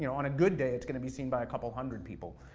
you know on a good day it's gonna be seen by a couple hundred people.